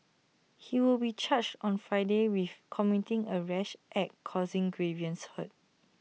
he will be charged on Friday with committing A rash act causing grievous hurt